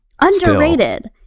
Underrated